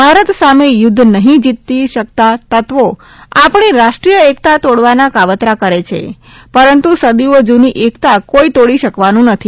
ભારત સામે યુધ્ધ નહિં જીતી શકતા તત્વો આપણી રાષ્ટ્રીય એકતા તોડવાના કાવતરાં કરે છે પરંતુ સદીઓ જૂની એકતા કોઇ તોડી શકવાનું નથી